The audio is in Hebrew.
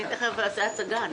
אני תכף אעשה הצגה.